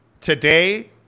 Today